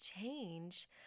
change